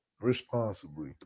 responsibly